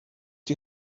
die